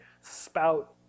spout